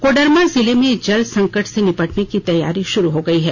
कोडरमा जिले में जल संकट से निपटने की तैयारी शुरू हो गई है